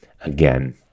again